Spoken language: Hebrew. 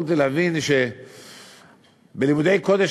יכולתי להבין שבלימודי הקודש,